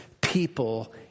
people